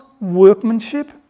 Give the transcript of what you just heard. workmanship